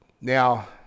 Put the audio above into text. Now